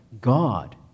God